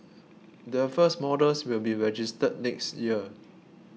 the first models will be registered next year